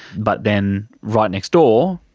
but then right next door,